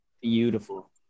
beautiful